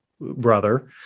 brother